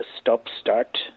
stop-start